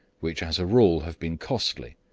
which as a rule have been costly,